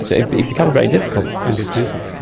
so it becomes very difficult. and expensive.